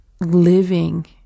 living